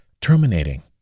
terminating